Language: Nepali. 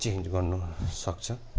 चेन्ज गर्नु सक्छ